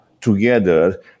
together